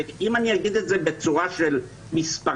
אם אני אגיד את זה בצורה של מספרים,